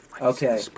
Okay